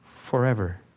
forever